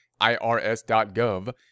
IRS.gov